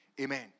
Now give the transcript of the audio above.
Amen